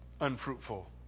unfruitful